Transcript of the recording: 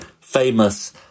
famous